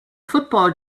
football